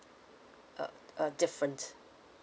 uh err different